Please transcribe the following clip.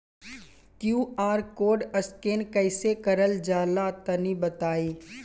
QR code scan कैसे क़रल जला तनि बताई?